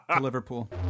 Liverpool